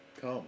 Come